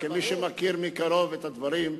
כמי שמכיר מקרוב את הדברים,